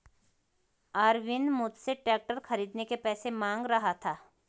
अरविंद मुझसे ट्रैक्टर खरीदने के पैसे मांग रहा था